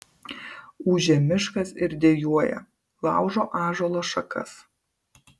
ūžia miškas ir dejuoja laužo ąžuolo šakas